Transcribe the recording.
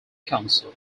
council